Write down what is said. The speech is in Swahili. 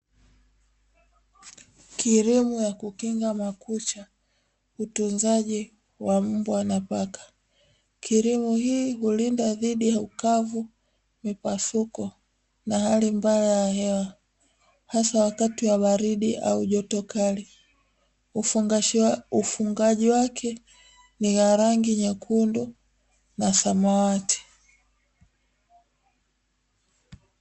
Krimu ya kukinga makucha utunzaji wa mbwa na paka, krimu hii hulinda dhidi ya ukavu, mipasuko na hali mbaya ya hewa hasa wakati wa baridi au joto kali, ufungaji wake ni wa rangi nyekundu na samawati.